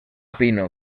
pino